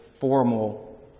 formal